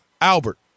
Albert